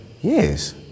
yes